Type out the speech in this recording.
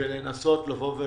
ולנסות לומר: